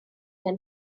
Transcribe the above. gan